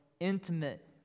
intimate